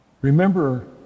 Remember